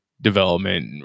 development